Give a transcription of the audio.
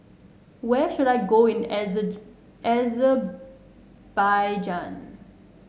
where should I go in Azer Azerbaijan